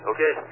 Okay